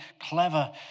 clever